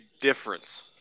difference